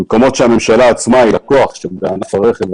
מקומות שהממשלה עצמה היא לקוח בענף הרכב,